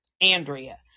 Andrea